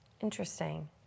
Interesting